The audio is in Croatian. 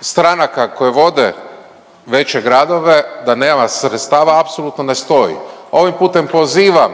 stranaka koje vode veće gradove, da nema sredstava apsolutno ne stoji. Ovim putem pozivam